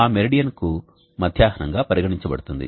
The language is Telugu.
ఆ మెరిడియన్కు మధ్యాహ్నంగా పరిగణించబడుతుంది